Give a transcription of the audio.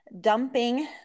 dumping